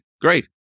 great